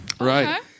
Right